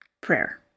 prayer